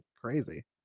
crazy